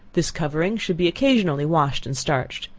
this covering should be occasionally washed and starched.